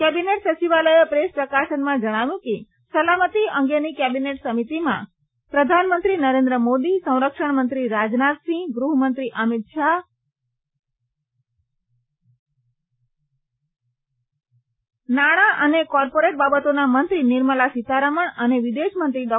cabinet સચિવાલયે press પ્રકાશનમાં જણાવ્યું કે સલામતી અંગેની કેબિનેટ સમિતિમાં પ્રધાનમંત્રી નરેન્દ્ર મોદી સંરક્ષણ મંત્રી રાજનાથસિંહ ગ્રહમંત્રી અમિત શાહ નામા અને કોર્પોરેટ બાબતોના મંત્રી નિર્મલા સીતારમણ અને વિદેશમંત્રી ડો